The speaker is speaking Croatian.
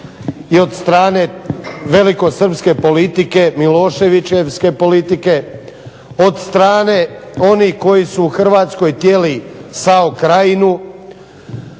i od strane velikosrpske politike Miloševićevske politike, od strane onih koji su Hrvatskoj htjeli SAO krajinu.